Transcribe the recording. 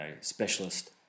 specialist